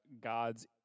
God's